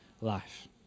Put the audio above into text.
life